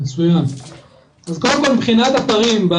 מבחינת אתרים,